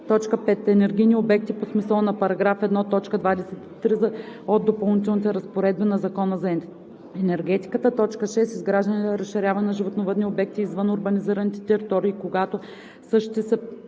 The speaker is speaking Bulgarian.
енергийни обекти по смисъла на § 1, т. 23 от допълнителните разпоредби на Закона за енергетиката; 6. изграждане или разширяване на животновъдни обекти извън урбанизираните територии, когато същите